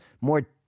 more